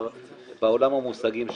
בעולם המושגים שלו.